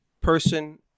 Person